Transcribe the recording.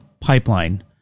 pipeline